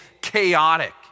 chaotic